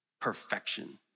perfection